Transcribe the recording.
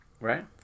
right